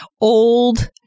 old